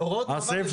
הסעיף